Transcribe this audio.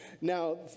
Now